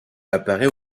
apparait